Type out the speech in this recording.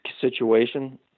situation